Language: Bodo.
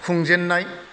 खुंजेननाय